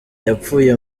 yapfuye